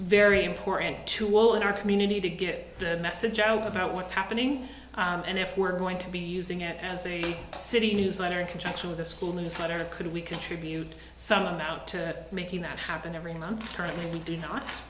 very important tool in our community to get the message out about what's happening and if we're going to be using it as a city newsletter in conjunction with a school newsletter could we contribute some amount to making that happen every month currently we do not